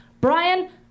Brian